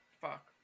fuck